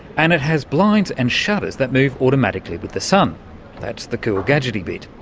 and it has blinds and shutters that move automatically with the sun that's the cool gadgety bit.